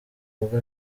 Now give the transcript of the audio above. rugo